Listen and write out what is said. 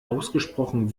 ausgesprochen